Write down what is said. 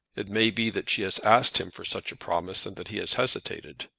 it may be that she has asked him for such a promise, and that he has hesitated.